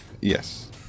yes